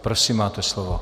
Prosím, máte slovo.